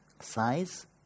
Size